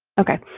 okay.